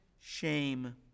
shame